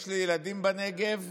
יש לי ילדים בנגב,